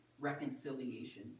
reconciliation